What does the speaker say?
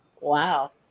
Wow